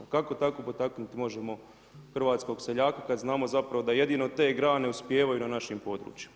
Kako tako potaknuti možemo hrvatskog seljaka kad znamo zapravo da jedino te grane uspijevaju na našim područjima?